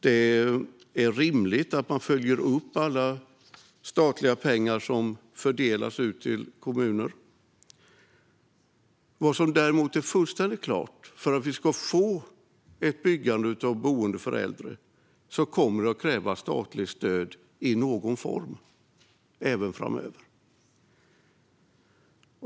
Det är rimligt att man följer upp alla statliga pengar som fördelas ut till kommuner. Det finns däremot något som är fullständigt klart. För att vi ska få ett byggande av boende för äldre kommer det att krävas statligt stöd i någon form även framöver.